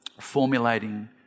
formulating